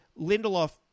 Lindelof